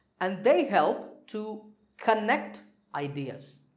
and they help to connect ideas